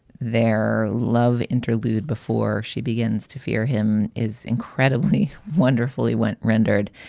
there. love interlude before she begins to fear him is incredibly, wonderfully went rendered.